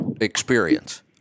experience